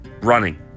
running